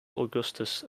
augustus